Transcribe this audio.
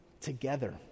together